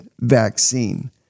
vaccine